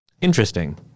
Interesting